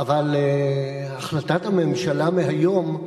אבל החלטת הממשלה מהיום,